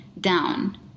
down